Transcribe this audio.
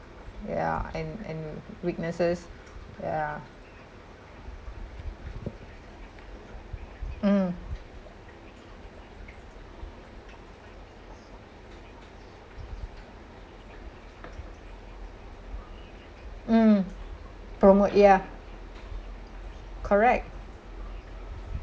yeah and and weaknesses yeah mm mm promote yeah correct